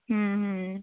हूँ हूँ